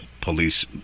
police